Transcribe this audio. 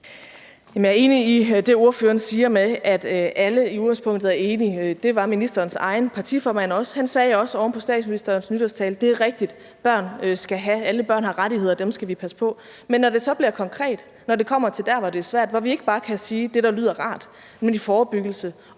Jeg er enig i det, spørgeren siger, om, at alle i udgangspunktet er enige. Det var spørgerens egen partiformand også; han sagde oven på statsministerens nytårstale: Det er rigtigt; alle børn har rettigheder, og dem skal vi passe på. Men når det så bliver konkret, når det kommer til der, hvor det er svært, hvor vi ikke bare kan sige det, der lyder rart, altså forebyggelse